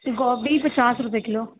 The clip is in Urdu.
گوبھی پچاس روپئے کلو